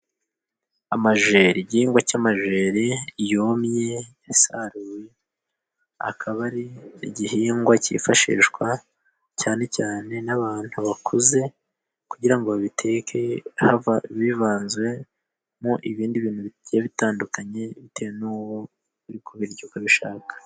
Amajeri, igihingwa cy'amajeri yumye asaruye . Akaba ari igihingwa cyifashishwa cyane cyane n'abantu bakuze kugira ngo babiteke bivanzemo ibindi bintu bitandukanye, bitewe n'uwo uri kubirya uko abishaka.